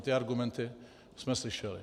Ty argumenty jsme slyšeli.